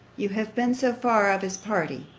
you have been so far of his party,